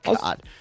God